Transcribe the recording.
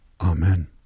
Amen